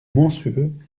monstrueux